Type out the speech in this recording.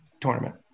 tournament